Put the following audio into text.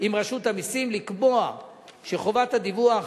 עם רשות המסים לקבוע שחובת הדיווח